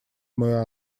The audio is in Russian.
мой